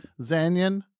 Zanyan